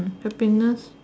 happiness